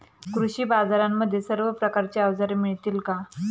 कृषी बाजारांमध्ये सर्व प्रकारची अवजारे मिळतील का?